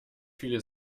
viele